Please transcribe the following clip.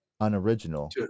unoriginal